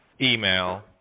email